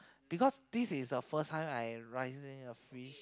because this is the first time I raising a fish